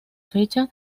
fecha